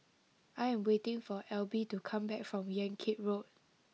I am waiting for Elby to come back from Yan Kit Road